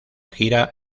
gira